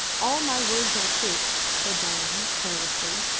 all my words are true, said dain, carelessly.